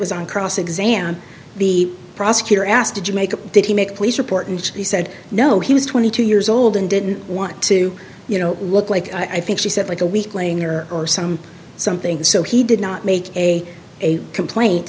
was on cross exam the prosecutor asked to jamaica did he make a police report and he said no he was twenty two years old and didn't want to you know look like i think she said like a weakling or or some something so he did not make a complaint